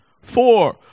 Four